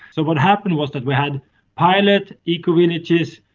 so what happened was that we had pilot eco-villages,